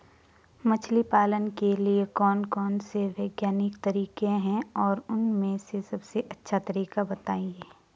मछली पालन के लिए कौन कौन से वैज्ञानिक तरीके हैं और उन में से सबसे अच्छा तरीका बतायें?